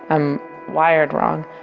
i'm wired wrong,